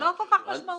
לא כל כך משמעותי.